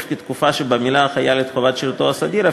כתקופה שבה מילא החייל את חובת השירות הסדיר,